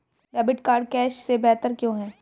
Debit card cash से बेहतर क्यों है?